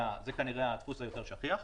זה כנראה האחוז היותר שכיח.